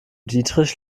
dietrich